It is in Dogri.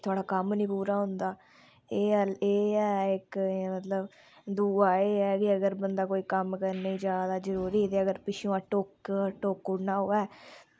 थोह्ड़ा कम्म नी पूरा होंदा एह् ऐ इक मतलव दूआ एह् ऐ कि अगर कोई बंदा कम्म करने जा दा जरूरी ते पिछुआं टोकुड़ना होऐ